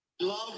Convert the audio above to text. love